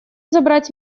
забрать